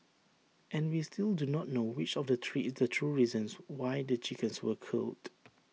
and we still do not know which of the three is the true reasons why the chickens were culled